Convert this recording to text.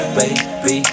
baby